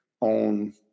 on